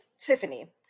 Tiffany